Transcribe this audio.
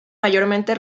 mayormente